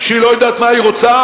שהיא לא יודעת מה היא רוצה,